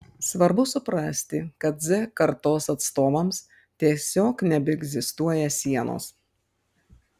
svarbu suprasti kad z kartos atstovams tiesiog nebeegzistuoja sienos